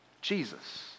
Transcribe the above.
Jesus